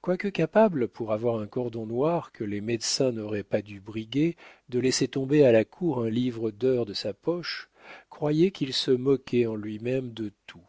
quoique capable pour avoir un cordon noir que les médecins n'auraient pas dû briguer de laisser tomber à la cour un livre d'heures de sa poche croyez qu'il se moquait en lui-même de tout